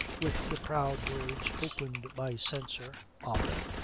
with the proud words opened by censor on them.